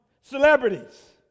celebrities